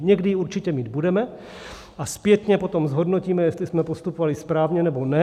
Někdy ji určitě mít budeme a zpětně potom zhodnotíme, jestli jsme postupovali správně, nebo ne.